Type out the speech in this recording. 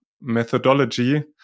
methodology